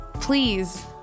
Please